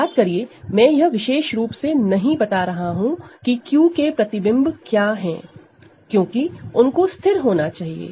याद करिए मैं यह विशेष रूप से नहीं बता रहा हूं की Q की इमेज क्या है क्योंकि उनको फिक्स्ड होना चाहिए